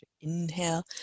Inhale